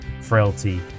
frailty